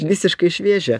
visiškai šviežia